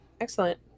Excellent